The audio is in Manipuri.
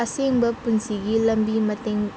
ꯑꯁꯦꯡꯕ ꯄꯨꯟꯁꯤꯒꯤ ꯂꯝꯕꯤ ꯃꯇꯦꯡ